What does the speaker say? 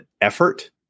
effort